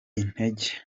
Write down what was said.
intege